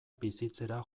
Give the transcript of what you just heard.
bizitzera